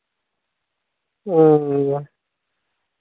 ᱦᱮᱸ